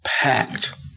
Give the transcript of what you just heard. packed